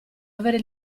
avere